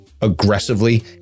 aggressively